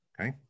okay